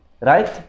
right